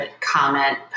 comment